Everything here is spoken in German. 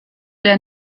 der